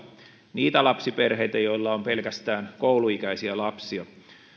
niitä lapsiperheitä joissa on pelkästään kouluikäisiä lapsia